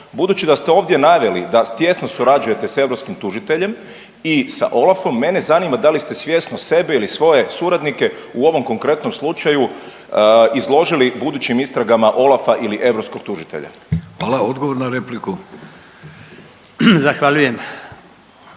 Budući da ste ovdje naveli da tijesno surađujete sa europskim tužiteljem i sa OLAF-om mene zanima da li ste svjesno sebe ili svoje suradnike u ovom konkretnom slučaju izložili budućim istragama OLAF-a ili europskog tužitelja. **Vidović, Davorko